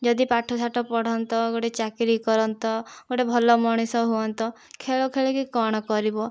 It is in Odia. ଯଦି ପାଠ ଶାଠ ପଢ଼ନ୍ତ ଗୋଟେ ଚାକିରୀ କରନ୍ତ ଗୋଟେ ଭଲ ମଣିଷ ହୁଅନ୍ତ ଖେଳ ଖେଳିକି କ'ଣ କରିବ